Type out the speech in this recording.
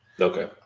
Okay